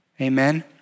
Amen